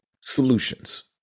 Solutions